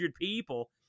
people